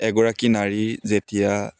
এগৰাকী নাৰী যেতিয়া